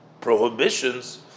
prohibitions